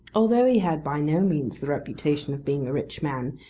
although he had by no means the reputation of being a rich man,